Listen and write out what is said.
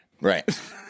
Right